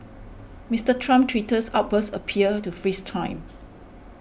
Mister Trump's Twitter outbursts appear to freeze time